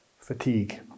fatigue